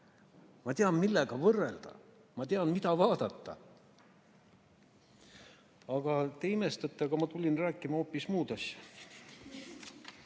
Ma tean, millega võrrelda, ma tean, mida vaadata. Te imestate, aga ma tulin rääkima hoopis muud asja.